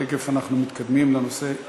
תכף אנחנו מתקדמים לנושא הבא.